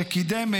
שקידם,